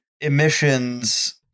emissions